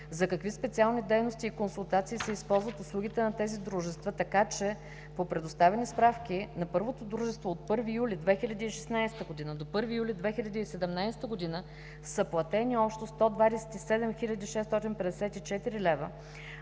за какви специални дейности и консултации се използват услугите на тези дружества, така че по предоставени справки на първото дружество от 1 юли 2016 г. до 1 юли 2017 г. са платени общо 127 654 лв.,